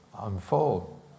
unfold